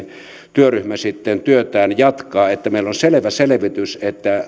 liikennetyöryhmä sitten työtään jatkaa että meillä on selvä selvitys